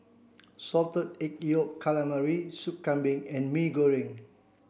salted egg yolk calamari soup Kambing and Mee Goreng